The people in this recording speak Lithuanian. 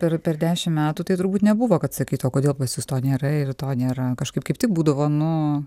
per per dešimt metų tai turbūt nebuvo kad sakytų o kodėl pas jus to nėra ir to nėra kažkaip kaip tik būdavo nu